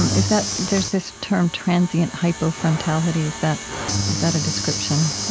um is that there's this term transient hypofrontality. is that is that a description?